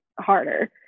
harder